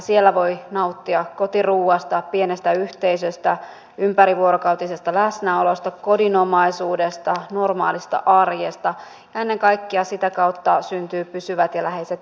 siellä voi nauttia kotiruuasta pienestä yhteisöstä ympärivuorokautisesta läsnäolosta kodinomaisuudesta normaalista arjesta ja ennen kaikkea sitä kautta syntyvät pysyvät ja läheiset ihmissuhteet